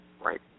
right